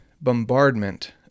bombardment